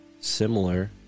Similar